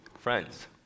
friends